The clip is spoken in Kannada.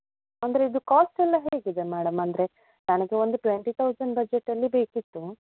ಅಂದರೆ ಇದು ಕ್ವಾಸ್ಟ್ ಎಲ್ಲ ಹೇಗಿದೆ ಮೇಡಮ್ ಅಂದರೆ ನನಗೆ ಒಂದು ಟ್ವೆಂಟಿ ತೌಸಂಡ್ ಬಜೆಟಲ್ಲಿ ಬೇಕಿತ್ತು